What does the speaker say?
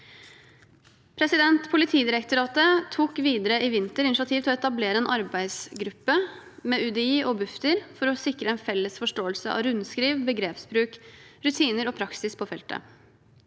Politidirektoratet tok videre i vinter initiativ til å etablere en arbeidsgruppe med UDI og Bufdir for å sikre en felles forståelse av rundskriv, begrepsbruk, rutiner og praksis på feltet.